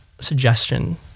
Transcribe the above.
suggestion